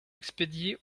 expédier